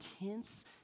intense